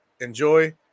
enjoy